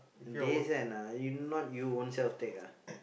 they send ah you not you ownself take ah